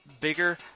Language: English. bigger